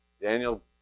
Daniel